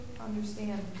understand